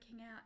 out